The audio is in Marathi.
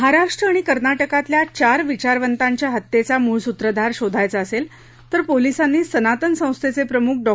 महाराष्ट्र आणि कर्नाटकातल्या चार विचारवंतांच्या हत्येचा मूळ सूत्रधार शोधायचा असेल तर पोलिसांनी सनातन संस्थेचे प्रमुख डॉ